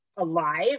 alive